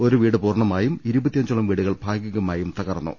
ഒരു വീട് പൂർണ്ണമായും ഇരുപ ത്തഞ്ചോളം വീടുകൾ ഭാഗികമായും തകർന്നു